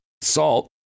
Salt